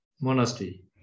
monastery